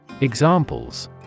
Examples